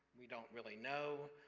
we don't really know.